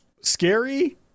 scary